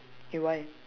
okay why